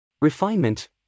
Refinement